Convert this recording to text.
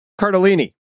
Cardellini